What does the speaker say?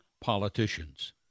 politicians